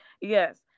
Yes